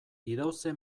idauze